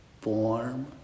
form